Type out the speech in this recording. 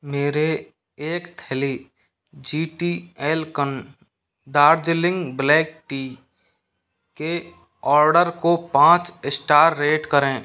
मेरे एक थैली जी टी ऐल्कन दार्जिलिंग ब्लैक टी के ऑर्डर को पाँच स्टार रेट करें